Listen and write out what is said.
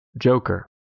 Joker